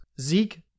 Zeke